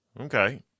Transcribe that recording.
okay